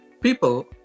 people